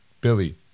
Billy